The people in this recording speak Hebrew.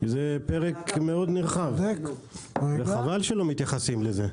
זה פרק נרחב, וחבל שלא מתייחסים לזה.